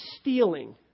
stealing